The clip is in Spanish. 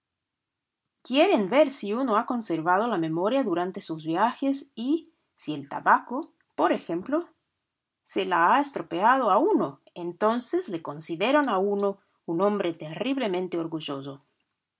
quieren ver si uno ha conservado la memoria durante sus viajes y si el tabaco por ejemplo se la ha estropeado a uno entonces le consideran a uno un hombre terriblemente orgulloso